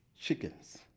chickens